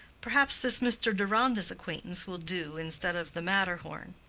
perhaps this mr. deronda's acquaintance will do instead of the matterhorn.